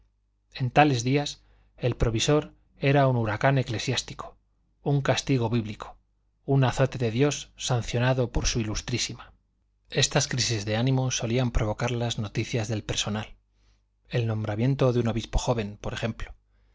en tales días el provisor era un huracán eclesiástico un castigo bíblico un azote de dios sancionado por su ilustrísima estas crisis del ánimo solían provocarlas noticias del personal el nombramiento de un obispo joven por ejemplo